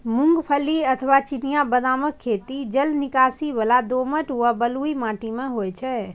मूंगफली अथवा चिनिया बदामक खेती जलनिकासी बला दोमट व बलुई माटि मे होइ छै